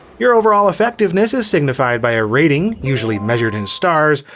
your overall effectiveness is signified by a rating, usually measured in stars,